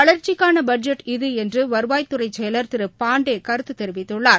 வளர்ச்சிக்கானபட்ஜெட் இது என்றுவருவாய்த்துறைசெயலர் திருபாண்டேகருத்துதெரிவித்துள்ளார்